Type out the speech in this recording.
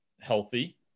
healthy